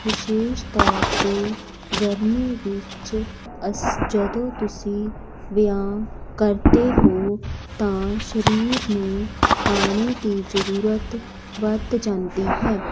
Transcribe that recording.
ਵਿਸ਼ੇਸ਼ ਤੋਰ ਤੇ ਗਰਮੀ ਵਿੱਚ ਅਸ ਜਦੋਂ ਤੁਸੀਂ ਵਿਆਮ ਕਰਦੇ ਹੋ ਤਾਂ ਸ਼ਰੀਰ ਨੂੰ ਪਾਣੀ ਦੀ ਜਰੂਰਤ ਵੱਧ ਜਾਂਦੀ ਹੈ